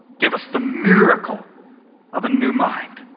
give us the miracle of a new mind.